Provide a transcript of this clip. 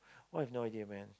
I have no idea man